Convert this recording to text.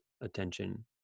attention